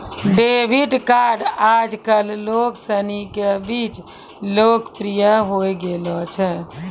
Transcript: debit card आजकल लोग सनी के बीच लोकप्रिय होए गेलो छै